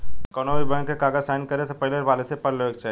कौनोभी बैंक के कागज़ साइन करे से पहले पॉलिसी पढ़ लेवे के चाही